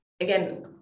again